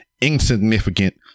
insignificant